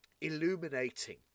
illuminating